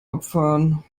abfahren